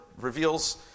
reveals